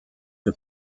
que